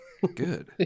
Good